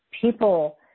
people